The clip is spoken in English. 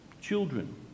children